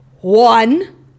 one